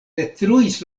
detruis